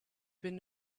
been